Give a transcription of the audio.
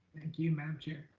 you. ma'am chair.